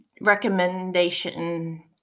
recommendation